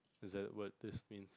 is that what this means